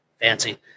Fancy